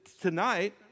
tonight